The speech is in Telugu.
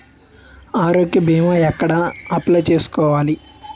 ఆరోగ్య భీమా ఎక్కడ అప్లయ్ చేసుకోవాలి?